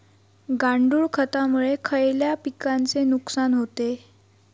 गांडूळ खतामुळे खयल्या पिकांचे नुकसान होते?